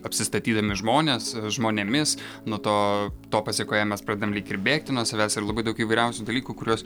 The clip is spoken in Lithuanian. apsistatydami žmones žmonėmis no to to pasekoje mes pradedam lyg ir bėgti nuo savęs ir labai daug įvairiausių dalykų kuriuos